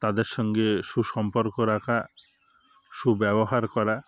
তাদের সঙ্গে সুসম্পর্ক রাখা সুব্যবহার করা